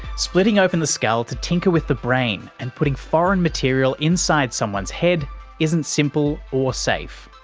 splitting open the skull to tinker with the brain and putting foreign material inside someone's head isn't simple or safe,